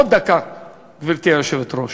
גברתי היושבת-ראש.